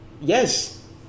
Yes